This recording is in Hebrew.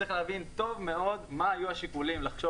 שצריך להבין טוב מאוד מה היו השיקולים לחשוב